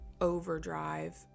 overdrive